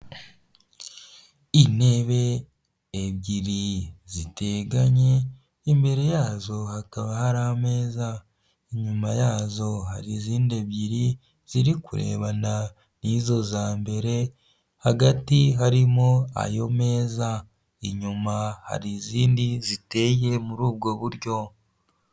Intebe ebyiri ziteganye imbere yazo hakaba hari ameza, inyuma yazo hari izindi ebyiri ziri kurebana nizo za mbere hagati harimo ayo meza, inyuma hari izindi ziteye muri ubwo buryo.